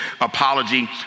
apology